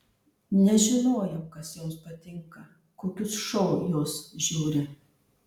nežinojau kas joms patinka kokius šou jos žiūri